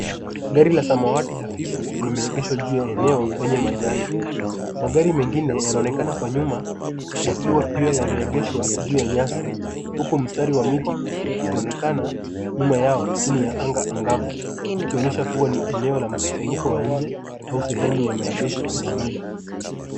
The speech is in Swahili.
Gari la samawati hafifu limeegeshwa juu ya eneo lenye majani. Magari mengine yanaonekana kwa nyuma yakiwa pia yameegeshwa juu ya nyasi huku mstari wa miti ikionekana nyuma yao chini ya anga angavu ukionyesha kuwa ni eneo la mkusanyiko wa nje au sehemu ya maegesho ya muda.